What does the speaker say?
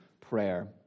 prayer